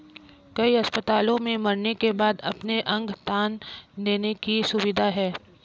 कई अस्पतालों में मरने के बाद अपने अंग दान देने की सुविधा है